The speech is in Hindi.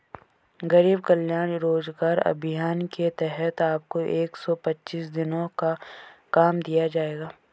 गरीब कल्याण रोजगार अभियान के तहत आपको एक सौ पच्चीस दिनों का काम दिया जाएगा